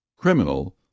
Criminal